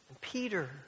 Peter